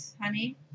honey